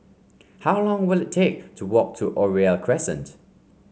how long will it take to walk to Oriole Crescent